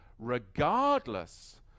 regardless